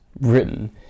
written